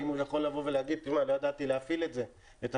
האם הוא יכול לבוא ולהגיד לא ידעתי להפעיל את הטכוגרף,